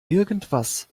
irgendwas